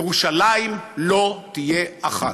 ירושלים לא תהיה אחת.